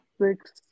six